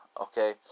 okay